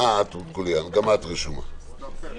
אני פועל גם כאג'נדה לשינוי מתכונת הבחינה.